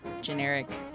generic